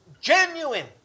genuine